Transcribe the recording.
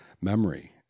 memory